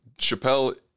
Chappelle